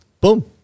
Boom